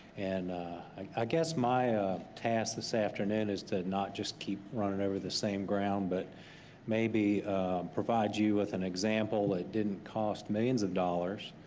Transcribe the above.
and i guess my task this afternoon is to not just keep running over the same ground, but maybe provide you with an example that didn't cost millions of dollars